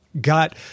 got